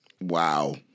Wow